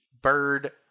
Bird